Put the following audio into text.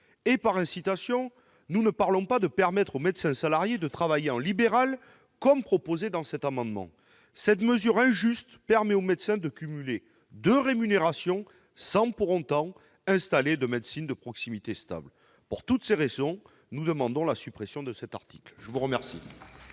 Par « incitation », nous ne parlons pas de permettre aux médecins salariés de travailler en libéral, comme cela est proposé dans cet article. Cette mesure injuste permet aux médecins de cumuler deux rémunérations sans pour autant installer de médecine de proximité stable. Pour toutes ces raisons, nous demandons la suppression de cet article. Quel